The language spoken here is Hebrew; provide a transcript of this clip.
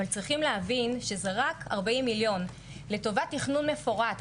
אבל צריכים להבין שזה 40 מיליון שקלים רק לטובת תכנון מפורט.